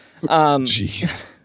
Jeez